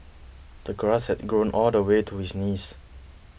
the grass had grown all the way to his knees